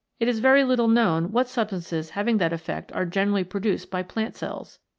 it is very little known what substances having that effect are generally produced by plant cells.